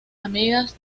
amigas